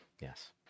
Yes